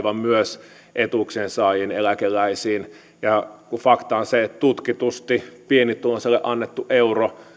vaan myös etuuksien saajiin eläkeläisiin kun fakta on se että tutkitusti pienituloisille annettu euro